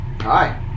Hi